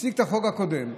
הציג את החוק הקודם,